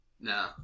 no